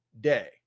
day